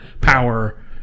power